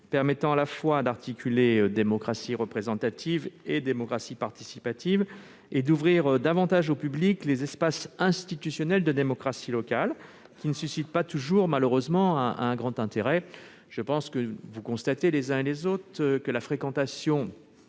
permettant à la fois d'articuler démocratie représentative et démocratie participative et d'ouvrir davantage au public les espaces institutionnels de démocratie locale, qui ne suscitent pas toujours un grand intérêt. Nous constatons tous que la fréquentation,